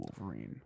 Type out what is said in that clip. Wolverine